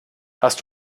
hast